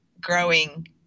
growing